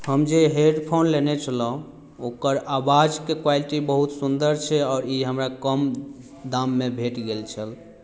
हम जे हेडफोन लेने छलहुँ ओकर आवाजके क़्वालिटी बहुत सुन्दर छै आओर ई हमरा कम दाममे भेट गेल छल